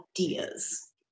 ideas